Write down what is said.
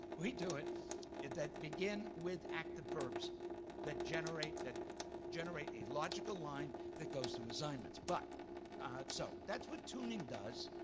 we do it it that begin with active verbs that generate that generate a logical line that goes through the assignments. but so that's what tuning does.